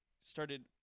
started